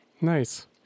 Nice